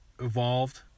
evolved